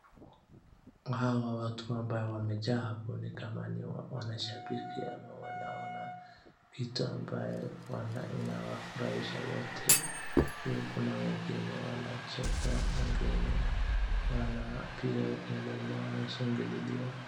Hawa watu ambaye wamejaa hapo ni kama wanashabiki ama wanaona vitu ambaye inawafurahisha wote. Juu kuna wengine wanacheka wengine wanapiga kelele wanashangililia.